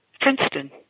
Princeton